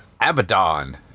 Abaddon